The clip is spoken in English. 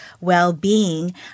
well-being